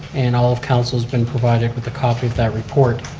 and all of council's been provided with a copy of that report.